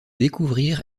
découvrir